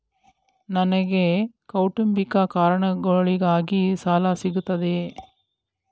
ನನಗೆ ಕೌಟುಂಬಿಕ ಕಾರಣಗಳಿಗಾಗಿ ಸಾಲ ಸಿಗುತ್ತದೆಯೇ?